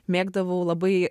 mėgdavau labai